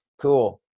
cool